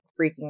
freaking